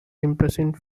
imprisoned